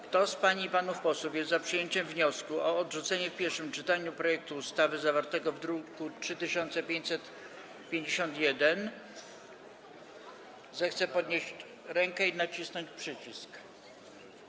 Kto z pań i panów posłów jest za przyjęciem wniosku o odrzucenie w pierwszym czytaniu projektu ustawy zawartego w druku nr 3551, zechce podnieść rękę i nacisnąć przycisk.